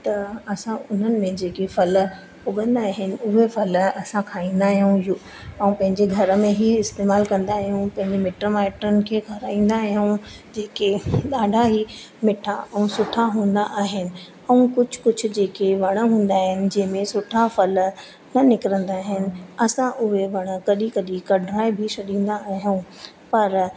त असां हुननि में जेके फल उगंदा आहिनि उहे फल असां खाईंदा आहियूं ऐं पंहिंजे घर में ई इस्तेमाल कंदा आहियूं पंहिंजे मिट माइटनि खे खाराईंदा आहियूं जेके ॾाढा ई मिठा ऐं सुठा हूंदा आहिनि ऐं कुझु कुझु जेके वण हूंदा आहिनि जंहिंमें सुठा फल निकिरींदा आहिनि असां उहे वण कॾहिं कॾहिं कढाए बि छॾींदा आहियूं पर